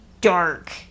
dark